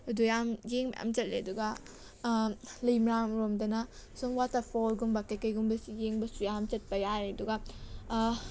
ꯑꯗꯣ ꯌꯥꯝ ꯌꯦꯡꯕ ꯌꯥꯝ ꯆꯠꯂꯦ ꯑꯗꯨꯒ ꯂꯩꯃꯔꯥꯝꯔꯣꯝꯗꯅ ꯁꯨꯝ ꯋꯥꯇꯔ ꯐꯣꯜ ꯒꯨꯝꯕ ꯀꯩꯀꯩꯒꯨꯝꯕꯁꯤ ꯌꯦꯡꯕꯁꯨ ꯌꯥꯝ ꯆꯠꯄ ꯌꯥꯔꯦ ꯑꯗꯨꯒ